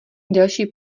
delší